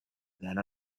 then